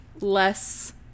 less